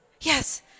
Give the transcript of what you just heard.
yes